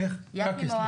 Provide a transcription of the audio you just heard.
יקי מואב.